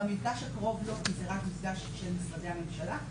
במפגש הקרוב לא כי זה רק מפגש של משרדי הממשלה,